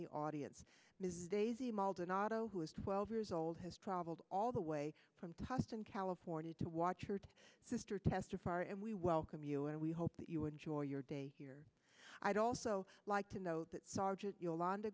the audience ms daisy maldonado who is twelve years old has traveled all the way from tustin california to watch her sister testify and we welcome you and we hope that you enjoy your day here i'd also like to note that sergeant yolanda